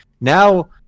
Now